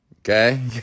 Okay